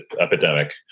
epidemic